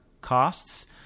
costs –